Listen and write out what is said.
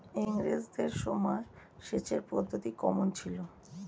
ইঙরেজদের সময় সেচের পদ্ধতি কমন ছিল?